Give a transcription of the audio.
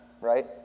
right